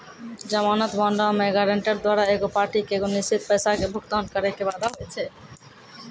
जमानत बांडो मे गायरंटर द्वारा एगो पार्टी के एगो निश्चित पैसा के भुगतान करै के वादा होय छै